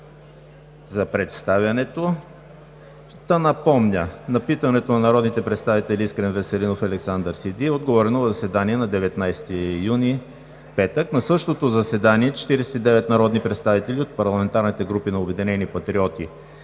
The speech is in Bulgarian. за представянето, ще напомня, че на питането на народните представители Искрен Веселинов и Александър Сиди е отговорено на заседанието на 19 юни, петък. На същото заседание 49 народни представители от парламентарната група на „Обединени патриоти“